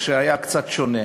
היום שהיה קצת שונה.